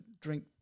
drink